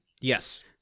Yes